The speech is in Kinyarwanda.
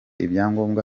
ibyangombwa